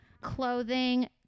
clothing